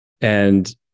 And-